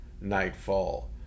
nightfall